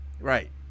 Right